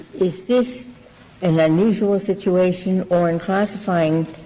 is this an unusual situation or in classifying